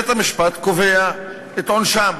בית-המשפט קובע את עונשם.